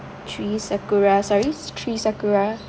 three sakura sorry three sakura